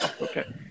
Okay